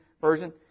Version